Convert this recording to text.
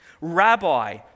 Rabbi